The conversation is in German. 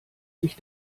sich